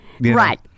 Right